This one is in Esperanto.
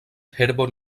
herbo